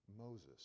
Moses